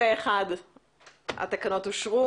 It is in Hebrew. פה אחד התקנות אושרו.